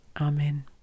Amen